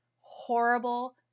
horrible